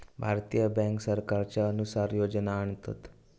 भारतीय बॅन्क सरकारच्या अनुसार योजना आणतत